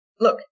Look